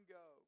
go